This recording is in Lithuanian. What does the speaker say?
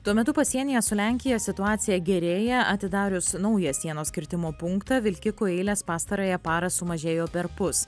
tuo metu pasienyje su lenkija situacija gerėja atidarius naują sienos kirtimo punktą vilkikų eilės pastarąją parą sumažėjo perpus